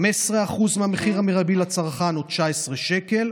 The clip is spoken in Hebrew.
15% מהמחיר המרבי לצרכן או 19 שקלים,